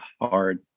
hard